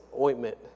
ointment